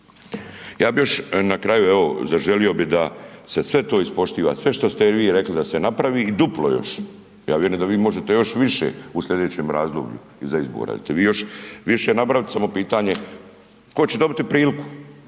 Ja bih još na kraju evo zaželio bi da se sve to ispoštiva, sve šta ste vi rekli da se napravi i duplo još. Ja vjerujem da vi možete još više u sljedećem razdoblju iza izbora, da ćete vi još više napraviti samo pitanje tko će dobiti priliku,